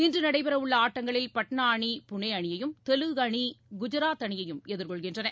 இன்று நடைபெறவுள்ள ஆட்டங்களில் பாட்னா அணி புனே அணியையும் தெலுங்கு அணி குஜராத் அணியையும் எதிர்கொள்கின்றன